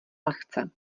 lehce